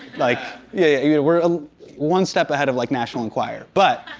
like, yeah we're ah one step ahead of, like, national enquirer. but,